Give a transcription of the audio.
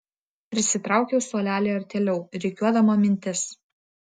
prisitraukiau suolelį artėliau rikiuodama mintis